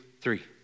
three